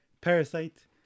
Parasite